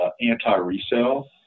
anti-resale